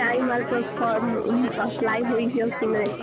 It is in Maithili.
टाइम आरपर फॉर्म ओम सप्लाइ होइए कि नहि